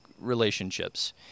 relationships